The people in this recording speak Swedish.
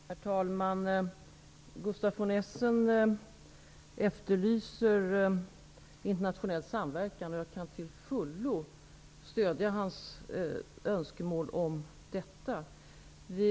Herr talman! Gustaf von Essen efterlyser internationell samverkan. Jag kan till fullo stödja hans önskemål om detta.